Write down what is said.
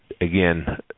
again